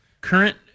Current